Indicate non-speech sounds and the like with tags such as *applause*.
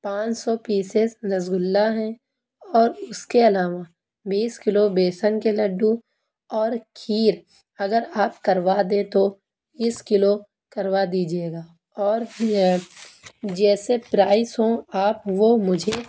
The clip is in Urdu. پان سو پیسیز رس گلا ہیں اور اس کے علاوہ بیس کلو بیسن کے لڈو اور کھیر اگر آپ کروا دیں تو بیس کلو کروا دیجیے گا اور *unintelligible* جیسے پرائس ہوں آپ وہ مجھے